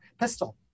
pistol